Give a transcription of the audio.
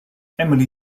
emily